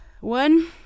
one